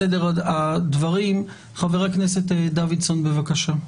חבר הכנסת דוידסון, בבקשה.